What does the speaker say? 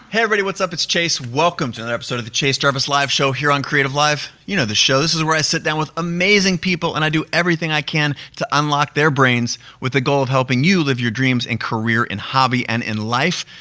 hey everybody, what's up, it's chase. welcome to another episode of the chase jarvis live show here on creativelive, you know the show. this is where i sit down with amazing people and i do everything i can to unlock their brains with the goal of helping you live your dreams and career and hobby and in life.